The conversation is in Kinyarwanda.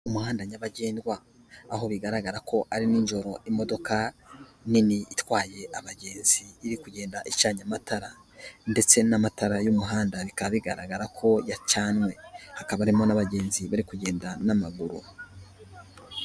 Umuhanda nyabagendwa aho bigaragara ko ari nijoro, imodoka nini itwaye abagenzi iri kugenda icanye amatara ndetse n'amatara y'umuhanda bikaba bigaragara ko yacanwe, hakaba harimo n'abagenzi bari kugenda n'amaguru.